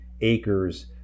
acres